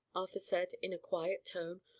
arthur said, in a quiet, tone,